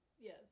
yes